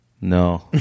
No